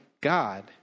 God